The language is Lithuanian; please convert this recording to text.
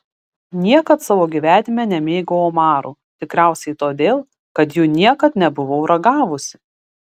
niekad savo gyvenime nemėgau omarų tikriausiai todėl kad jų niekad nebuvau ragavusi